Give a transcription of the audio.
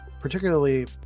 particularly